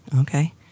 okay